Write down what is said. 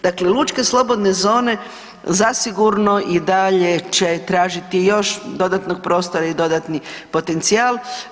Dakle, lučke slobodne zone zasigurno i dalje će tražiti još dodatnog prostora i dodatni potencijal.